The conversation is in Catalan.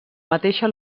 mateixa